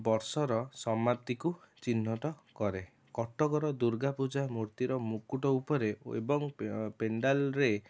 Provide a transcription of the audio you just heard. ବର୍ଷର ସମାପ୍ତିକୁ ଚିହ୍ନଟ କରେ କଟକର ଦୂର୍ଗା ପୂଜା ମୂର୍ତ୍ତିର ମୁକୁଟ ଉପରେ ଓ ଏବଂ ପେ ପେଣ୍ଡାଲରେ